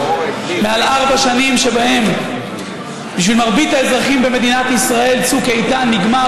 מעל ארבע שנים שבהן בשביל מרבית האזרחים במדינת ישראל צוק איתן נגמר,